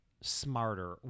smarter